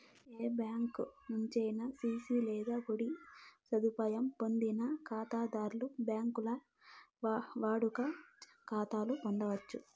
ఏ బ్యాంకి నుంచైనా సిసి లేదా ఓడీ సదుపాయం పొందని కాతాధర్లు బాంకీల్ల వాడుక కాతాలు పొందచ్చు